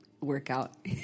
workout